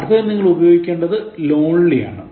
അടുത്തതിൽ നിങ്ങൾ ഉപയോഗിക്കേണ്ടത് lonely എന്നാണ്